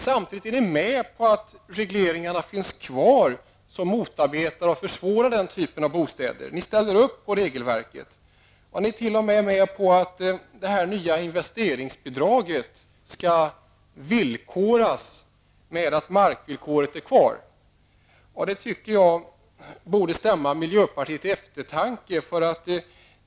Samtidigt är ni med på att man har kvar de regleringar som försvårar byggandet av den typen av bostäder -- ni ställer upp på regelverket. Ni är t.o.m. med på att markvillkoret skall finnas kvar som en förutsättning för det nya investeringsbidraget. Det tycker jag borde stämma miljöpartiet till eftertanke.